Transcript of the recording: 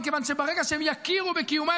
מכיוון שברגע שהם יכירו בקיומה,